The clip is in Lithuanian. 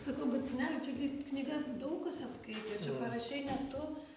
sakau bet sūneli čia gi knyga daug kas ją skaitė ir čia parašei ne tu